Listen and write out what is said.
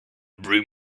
bring